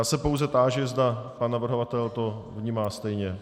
Já se pouze táži, zda pan navrhovatel to vnímá stejně.